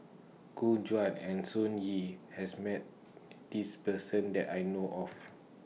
Gu Juan and Sun Yee has Met This Person that I know of